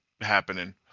happening